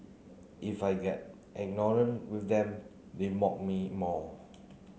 if I get ignorant with them they mock me more